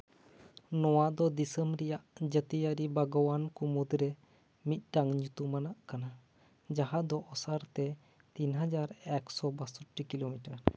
ᱱᱚᱣᱟ ᱫᱚ ᱫᱤᱥᱚᱢ ᱨᱮᱭᱟᱜ ᱡᱟᱹᱛᱤᱭᱟ ᱨᱤ ᱵᱟᱜᱽᱣᱟᱱ ᱠᱚ ᱢᱩᱫᱽᱨᱮ ᱢᱤᱫᱴᱟᱝ ᱧᱩᱛᱩᱢᱟᱱᱟᱜ ᱠᱟᱱᱟ ᱡᱟᱦᱟᱸ ᱫᱚ ᱚᱥᱟᱨ ᱛᱮ ᱛᱤᱱ ᱦᱟᱡᱟᱨ ᱮᱠᱥᱳ ᱵᱟᱥᱳᱴᱴᱤ ᱠᱤᱞᱳᱢᱤᱴᱟᱨ